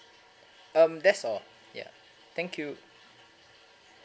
um that's all ya thank you